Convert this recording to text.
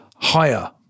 Higher